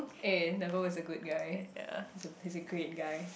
eh never was a good guy he's he's a great guy